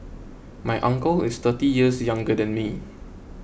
my uncle is thirty years younger than me